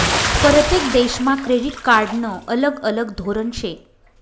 परतेक देशमा क्रेडिट कार्डनं अलग अलग धोरन शे